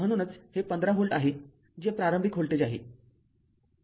म्हणूनच हे १५ व्होल्ट आहे जे प्रारंभिक व्होल्टेज आहे